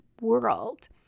world